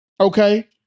Okay